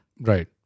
Right